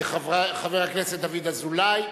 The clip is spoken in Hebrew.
חברי הכנסת דוד אזולאי,